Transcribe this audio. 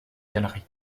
galerie